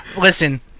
listen